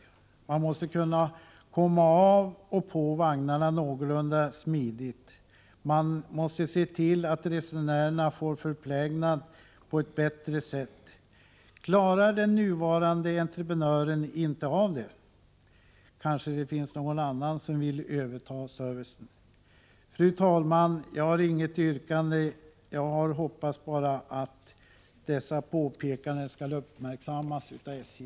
Resenärerna måste kunna komma av och på vagnarna någorlunda smidigt, och SJ måste se till att de får förplägnad på ett bättre sätt. Om den nuvarande entreprenören inte klarar av det finns det kanske någon annan som vill överta servicen. Fru talman! Jag har inget yrkande. Jag hoppas bara att dessa påpekanden skall uppmärksammas av SJ.